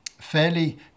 fairly